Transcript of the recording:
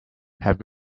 have